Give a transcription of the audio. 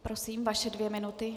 Prosím, vaše dvě minuty.